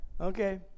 Okay